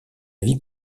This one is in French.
vie